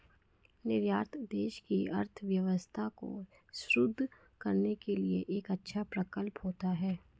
निर्यात देश की अर्थव्यवस्था को सुदृढ़ करने के लिए एक अच्छा प्रकल्प होता है